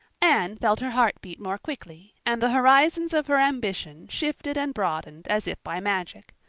anne felt her heart beat more quickly, and the horizons of her ambition shifted and broadened as if by magic.